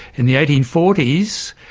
in the eighteen forty s,